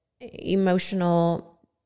emotional